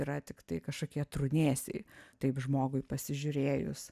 yra tiktai kažkokie trūnėsiai taip žmogui pasižiūrėjus